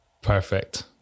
perfect